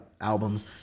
albums